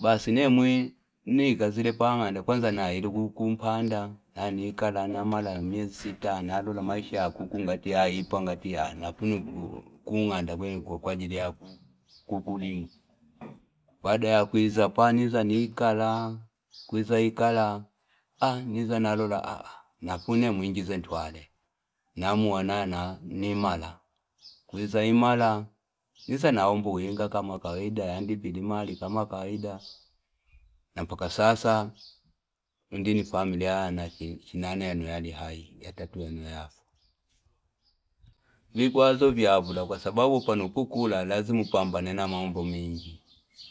basi nemwi nikazile pang'anda kwanza naile kupanda nanikala nyenzi sita nalola maisha ya kukwa agati yaipa naipiluka kung'anda kwajili ya ku- kulima baada ya kwiza pa niza nikala nakuizanalola twale namua naya nimara niza naomba winga yandipira mali kama kawaida mpaka sasa indini familia ya yana chinane yano yali pano kuku lazima upambe na mambo mingi.